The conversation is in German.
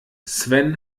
sven